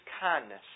kindness